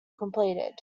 completed